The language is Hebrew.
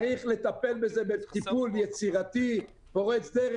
צריך לטפל בזה בטיפול יצירתי פורץ דרך.